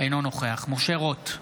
אינו נוכח משה רוט,